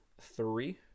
three